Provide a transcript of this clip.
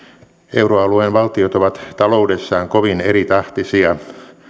euroalueen valtiot ovat taloudessaan kovin eritahtisia